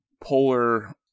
polar